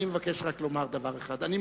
רק דבריו של חבר הכנסת ברכה חייבו אותי